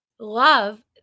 love